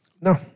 No